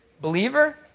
Believer